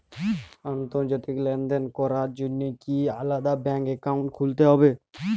আন্তর্জাতিক লেনদেন করার জন্য কি আলাদা ব্যাংক অ্যাকাউন্ট খুলতে হবে?